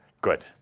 Good